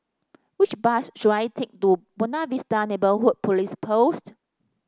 which bus should I take to Buona Vista Neighbourhood Police Post